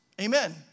Amen